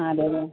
ആ അതെ അതേ